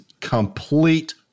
complete